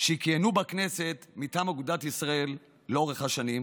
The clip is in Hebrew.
שכיהנו בכנסת מטעם אגודת ישראל לאורך השנים: